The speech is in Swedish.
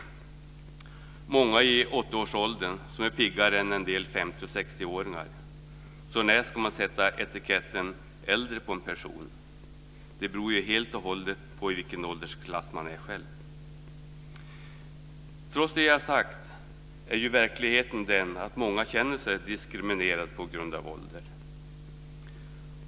Det är många i 80 årsåldern som är piggare än en del 50-60-åringar. När ska man då sätta etiketten äldre på en person? Det beror ju helt och hållet på i vilken åldersklass man själv befinner sig. Trots det som jag har sagt är ju verkligheten den att många känner sig diskriminerade på grund av sin ålder.